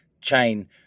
chain